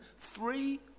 Three